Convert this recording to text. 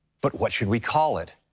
but what should we call it?